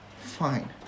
Fine